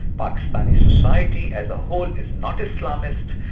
pakistani society as a whole is not islamist,